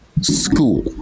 school